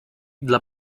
dla